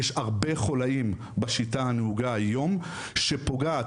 יש הרבה תיקונים לעשות בשיטה הנהוגה היום שפוגעת